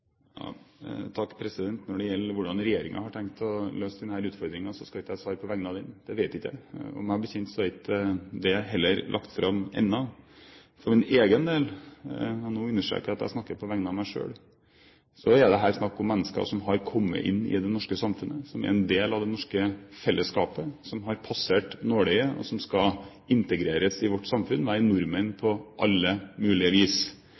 Når det gjelder spørsmålet om hvordan regjeringen har tenkt å løse denne utfordringen, skal jeg ikke svare på vegne av den, for det vet jeg ikke. Meg bekjent er det heller ikke lagt fram ennå. For min egen del – og jeg vil understreke at jeg nå snakker på vegne av meg selv – er dette snakk om mennesker som har kommet inn i det norske samfunnet, som er en del av det norske fellesskapet, som har passert nåløyet og skal integreres i vårt samfunn, være nordmenn på alle mulige vis.